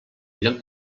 lloc